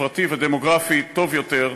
חברתי ודמוגרפי טוב יותר".